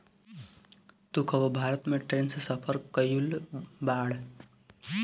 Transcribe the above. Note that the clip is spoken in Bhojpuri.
तू कबो भारत में ट्रैन से सफर कयिउल बाड़